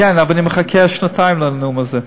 כן, אבל אני מחכה שנתיים לנאום הזה.